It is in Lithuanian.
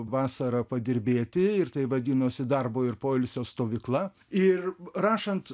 vasarą padirbėti ir tai vadinosi darbo ir poilsio stovykla ir rašant